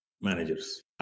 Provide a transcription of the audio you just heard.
managers